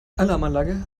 alarmanlage